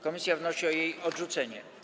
Komisja wnosi o jej odrzucenie.